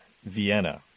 Vienna